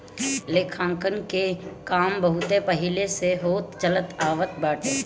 लेखांकन के काम बहुते पहिले से होत चलत आवत बाटे